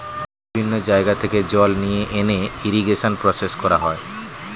বিভিন্ন জায়গা থেকে জল নিয়ে এনে ইরিগেশন প্রসেস করা হয়